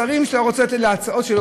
מסרים שאתה רוצה לתת, הצעות.